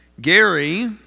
Gary